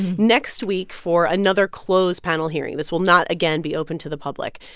next week for another closed panel hearing. this will not, again, be open to the public.